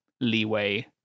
leeway